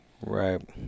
Right